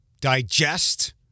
digest